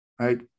Right